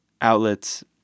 outlets